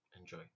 enjoy